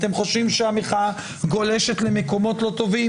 אתם חושבים שהמחאה גולשת למקומות לא טובים,